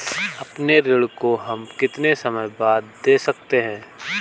अपने ऋण को हम कितने समय बाद दे सकते हैं?